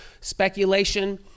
speculation